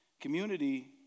Community